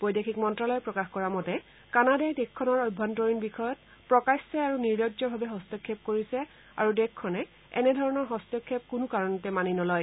বৈদেশিক মন্ত্ৰালয়ে প্ৰকাশ কৰা মতে কানাডাই দেশখনৰ অভ্যন্তৰীণ বিষয়ত প্ৰকাশ্যে আৰু নিৰ্লজ্জভাৱে হস্তক্ষেপ কৰিছে আৰু দেশখনে এনেধৰণৰ হস্তক্ষেপ কোনো কাৰণতে মানি নলয়